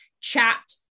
chat